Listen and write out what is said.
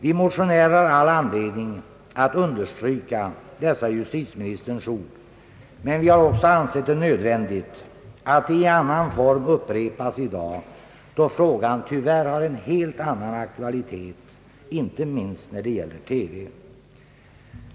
Vi motionärer har all anledning att understryka dessa justitieministerns ord. Men vi har också ansett det nödvändigt att de i annan form upprepas i dag, då frågan tyvärr har en helt annan aktualitet, inte minst när det gäller TV.